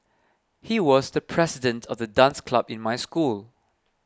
he was the president of the dance club in my school